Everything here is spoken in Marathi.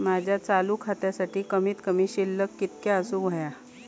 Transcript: माझ्या चालू खात्यासाठी कमित कमी शिल्लक कितक्या असूक होया?